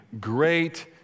Great